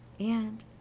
and,